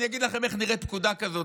אני אגיד לכם איך נראית פקודה כזאת.